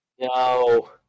no